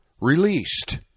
Released